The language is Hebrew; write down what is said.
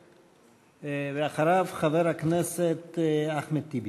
אחריו, חבר הכנסת אחמד טיבי.